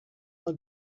are